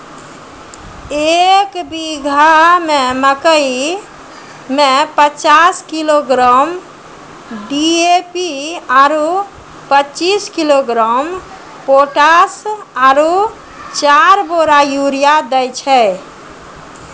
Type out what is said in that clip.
एक बीघा मे मकई मे पचास किलोग्राम डी.ए.पी आरु पचीस किलोग्राम पोटास आरु चार बोरा यूरिया दैय छैय?